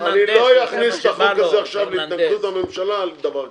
אני לא אכניס את החוק הזה עכשיו להתנגדות הממשלה על דבר כזה.